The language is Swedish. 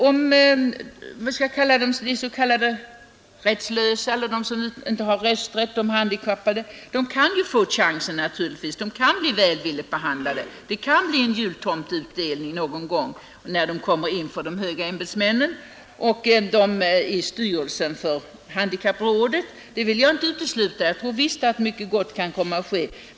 De ”rättslösa” — de handikappade som inte har rösträtt — kan naturligtvis bli välvilligt behandlade; det kan bli en jultomteutdelning någon gång, när de kommer inför de höga ämbetsmännen och styrelsen för handikapprådet. Det vill jag inte utesluta — jag tror visst att mycket gott kan komma att ske.